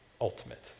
ultimate